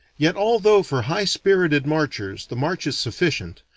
yet although for high-spirited marchers the march is sufficient,